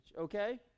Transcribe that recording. Okay